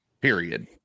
Period